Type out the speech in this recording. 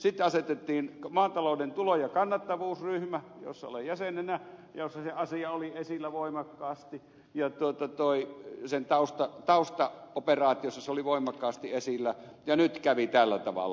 sitten asetettiin maatalouden tulo ja kannattavuusryhmä jossa olen jäsenenä jossa se asia oli esillä voimakkaasti sen taustaoperaatiossa se oli voimakkaasti esillä ja nyt kävi tällä tavalla